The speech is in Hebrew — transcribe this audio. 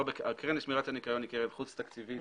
הקרן לשמירת הניקיון היא קרן חוץ תקציבית,